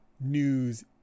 news